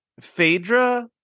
Phaedra